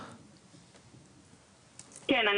כן.